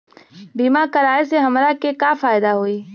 बीमा कराए से हमरा के का फायदा होई?